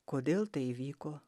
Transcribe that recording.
kodėl tai įvyko